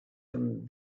him